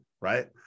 Right